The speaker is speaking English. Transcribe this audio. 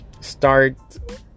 start